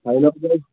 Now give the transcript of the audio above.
final گٔے